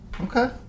okay